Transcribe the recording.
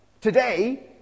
today